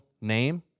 name